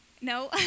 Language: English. No